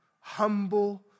humble